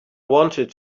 wanted